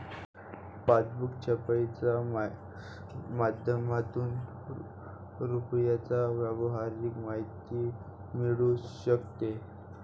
passbook छपाईच्या माध्यमातून रुपयाच्या व्यवहाराची माहिती मिळू शकते